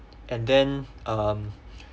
and then um